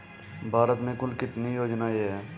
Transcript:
भारत में कुल कितनी योजनाएं हैं?